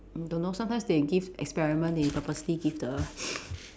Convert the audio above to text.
don't know sometimes they give experiment they purposely give the